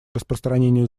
распространению